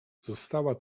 została